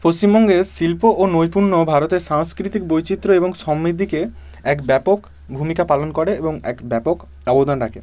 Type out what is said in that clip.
পশ্চিমবঙ্গের শিল্প ও নৈপুণ্য ভারতের সাংস্কৃতিক বৈচিত্র্য এবং সমৃদ্ধিকে এক ব্যাপক ভূমিকা পালন করে এবং এক ব্যাপক অবদান রাখে